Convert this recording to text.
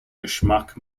geschmack